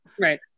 right